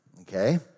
okay